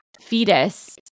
fetus